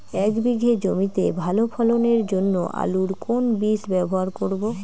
এক বিঘে জমিতে ভালো ফলনের জন্য আলুর কোন বীজ ব্যবহার করব?